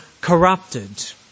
corrupted